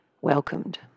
welcomed